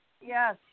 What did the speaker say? Yes